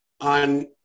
on